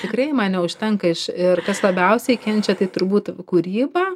tikrai man neužtenka iš ir kas labiausiai kenčia tai turbūt kūryba